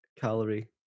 calorie